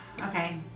Okay